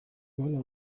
duela